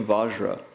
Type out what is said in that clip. Vajra